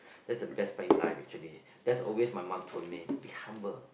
that's the best part in life actually that's always my mom told me be humble